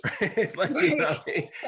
right